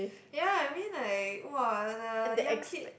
ya I mean like !wah! the young kid